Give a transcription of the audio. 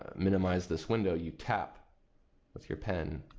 minimize this window, you tap with your pen.